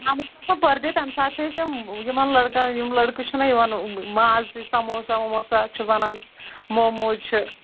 پٔر ڈے تَمہِ ساتہٕ چھِ أسۍ یِم یِمن لٔڑکَن یِم لٔڑکہٕ چھِنا یِوان سَموسہ وموسہ چھِ وَنان موموز چھِ